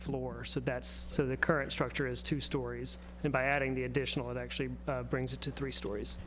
floor so that's so the current structure is two stories and by adding the additional it actually brings it to three stories